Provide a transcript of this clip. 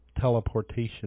teleportation